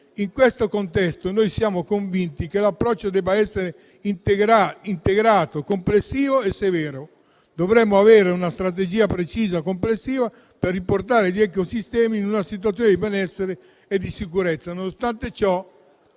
In questo contesto, siamo convinti che l'approccio debba essere integrato, complessivo e severo. Dovremmo avere una strategia precisa complessiva per riportare gli ecosistemi in una situazione di benessere e di sicurezza. Nonostante ciò,